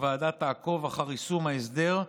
הוועדה תעקוב אחר יישום ההסדר,